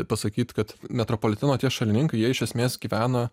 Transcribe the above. pasakyt kad metropoliteno tie šalininkai jie iš esmės gyvena